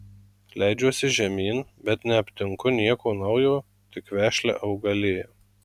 leidžiuosi žemyn bet neaptinku nieko naujo tik vešlią augaliją